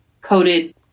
coated